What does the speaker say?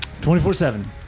24-7